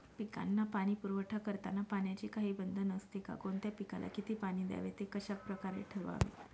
पिकांना पाणी पुरवठा करताना पाण्याचे काही बंधन असते का? कोणत्या पिकाला किती पाणी द्यावे ते कशाप्रकारे ठरवावे?